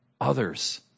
Others